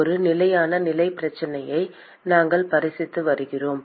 ஒரு நிலையான நிலை பிரச்சனையை நாங்கள் பரிசீலித்து வருகிறோம்